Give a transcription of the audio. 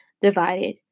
divided